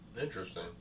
Interesting